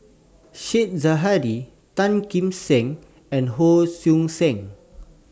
Said Zahari Tan Kim Seng and Hon Sui Sen